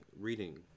reading